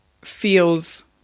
feels